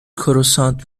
کروسانت